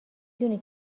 دونی